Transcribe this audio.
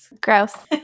Gross